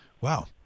wow